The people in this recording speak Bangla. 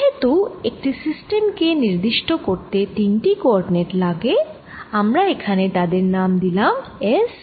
যেহেতু একটি সিস্টেম কে নির্দিষ্ট করতে তিনটি কোঅরডিনেট লাগে আমরা এখানে তাদের নাম দিলাম S ফাই ও z